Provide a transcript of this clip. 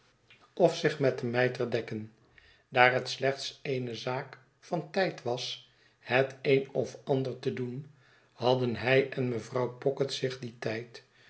of zich met den mijter dekken daar het slechts eene zaak van tijd was het een of het ander te doen hadden hij en mevrouw pocket zich dien tijd